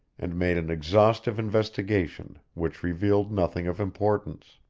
and made an exhaustive investigation, which revealed nothing of importance.